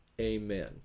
amen